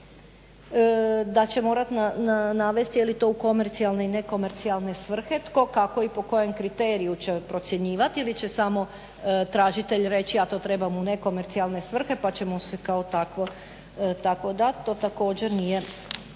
da će morati navesti je li to u komercijalne i nekomercijalne svrhe, tko, kako i po kojem kriteriju će procjenjivati ili će samo tražitelj reći ja to trebam u nekomercijalne svrhe pa će mu se kao takvo dati, to također nije